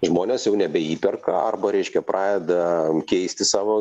žmonės jau nebeįperka arba reiškia pradeda keisti savo